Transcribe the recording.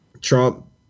Trump